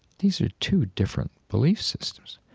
these are two different belief systems.